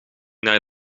naar